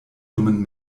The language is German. dummen